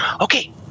okay